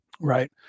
right